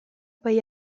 bai